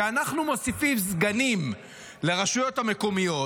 כשאנחנו מוסיפים סגנים לרשויות המקומיות,